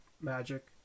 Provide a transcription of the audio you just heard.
Magic